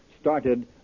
started